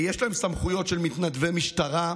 יש להם סמכויות של מתנדבי משטרה,